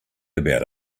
about